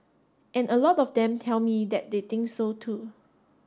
and a lot of them tell me that they think so too